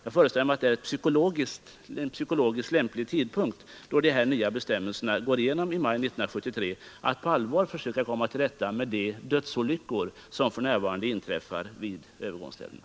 Det är en psykologiskt lämpligt tidpunkt att göra detta i samband med att de nya bestämmelserna träder i kraft i maj 1973, då skulle man på allvar komma till rätta med de dödsolyckor, som för närvarande inträffar vid övergångsställena.